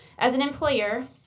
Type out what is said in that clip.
as an employer,